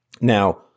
Now